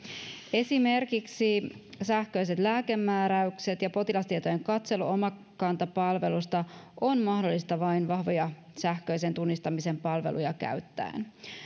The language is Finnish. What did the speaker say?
esimerkiksi sähköiset lääkemääräykset ja potilastietojen katselu omakanta palvelusta on mahdollista vain vahvoja sähköisen tunnistamisen palveluja käyttäen